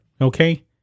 Okay